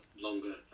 longer